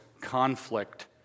conflict